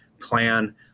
plan